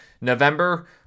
November